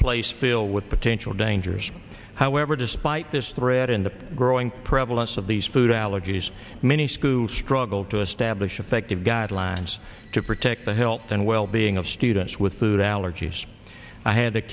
place filled with potential dangers however despite this threat in the growing prevalence of these food allergies many schools struggle to establish effective guidelines to protect the health and well being of students with food allergies i ha